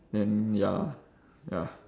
then ya lah ya